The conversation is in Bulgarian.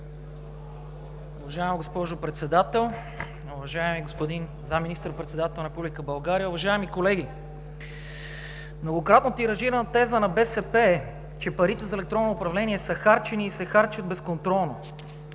Уважаема госпожо Председател, уважаеми господин Заместник министър-председател на Република България, уважаеми колеги! Многократно тиражирана теза на БСП е, че парите за електронно управление са харчени и се харчат безконтролно,